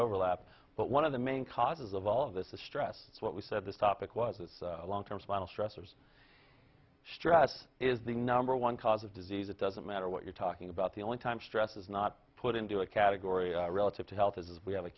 overlap but one of the main causes of all of this is stress what we said this topic was it's a long term spinal stressors stress is the number one cause of disease it doesn't matter what you're talking about the only time stress is not put into a category relative to health as we have a